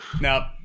No